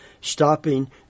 stopping